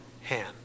hand